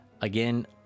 Again